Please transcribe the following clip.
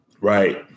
Right